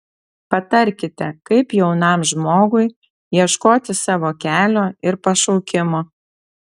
patarkite kaip jaunam žmogui ieškoti savo kelio ir pašaukimo